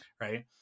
Right